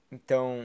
Então